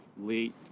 late